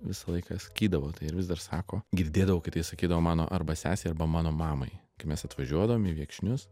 visą laiką sakydavo tai ir vis dar sako girdėdavau kai tai sakydavo mano arba sesei arba mano mamai kai mes atvažiuodavom į viekšnius